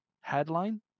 headline